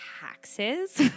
taxes